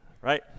right